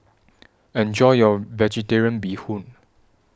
Enjoy your Vegetarian Bee Hoon